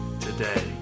today